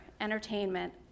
entertainment